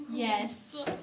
Yes